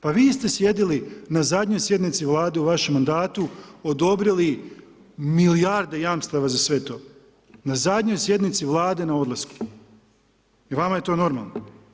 Pa vi ste sjedili na zadnjoj sjednici Vlade u vašem mandatu, odobrili milijarde jamstava za sve to, na zadnjoj sjednici Vlade na odlasku i vama je to normalno.